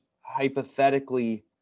hypothetically